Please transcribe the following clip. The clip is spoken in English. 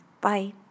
Bye